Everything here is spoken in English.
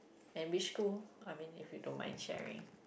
and which school I mean if you don't mind sharing